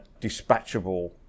dispatchable